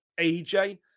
AJ